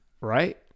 Right